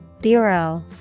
Bureau